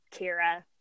Kira